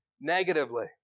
negatively